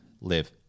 live